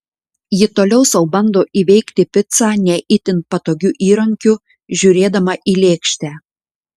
ji toliau sau bando įveikti picą ne itin patogiu įrankiu žiūrėdama į lėkštę